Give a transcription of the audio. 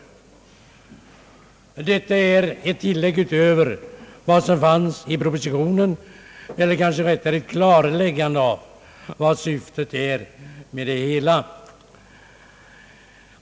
Detta är ett tillägg utöver vad som fanns i propositionen eller kanske rättare ett klarläggande av syftet med stödet i denna del.